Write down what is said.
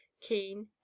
keen